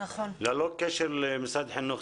ללא קשר למשרד החינוך.